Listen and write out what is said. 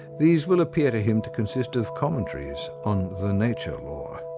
these will appear to him to consist of commentaries on the nature law,